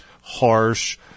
harsh